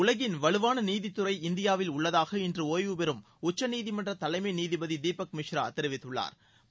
உலகின் வலுவான நீதித்துறை இந்தியாவில் உள்ளதாக இன்று ஒய்வுபெறும் உச்சநீதிமன்ற தலைமை நீதிபதி தீபக் மிஸ்ரா தெரிவித்துள்ளாா்